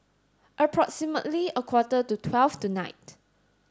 approximately a quarter to twelve tonight